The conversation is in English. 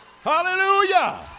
Hallelujah